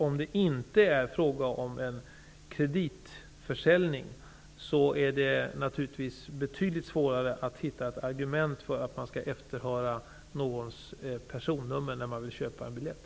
Om det inte är fråga om en kreditförsäljning, är det naturligtvis betydligt svårare att hitta argument för att SJ skall efterhöra personnumret för den som vill köpa en biljett.